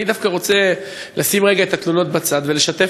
אני דווקא רוצה לשים רגע את התלונות בצד ולשתף